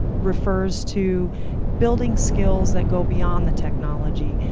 refers to building skills that go beyond the technology,